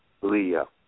Leo